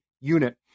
unit